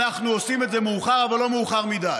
אנחנו עושים את זה מאוחר, אבל לא מאוחר מדי.